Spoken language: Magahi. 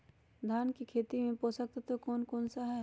धान की खेती में पोषक तत्व कौन कौन सा है?